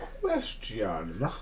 Question